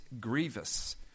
grievous